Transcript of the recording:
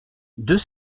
deux